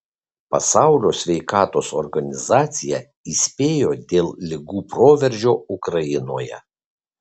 pasaulio sveikatos organizacija įspėjo dėl ligų proveržio ukrainoje